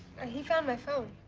he found my phone